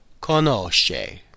conosce